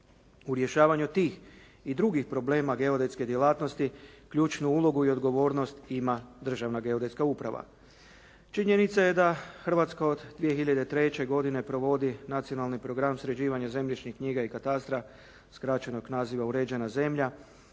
U rješavanju tih i drugih problema geodetske djelatnosti ključnu ulogu i odgovornost ima Državna geodetska uprava. Činjenica je da Hrvatska od 2003. godine provodi Nacionalni program sređivanja zemljišnih knjiga i katastra skraćenog naziva uređena zemlja